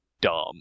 dumb